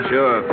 Sure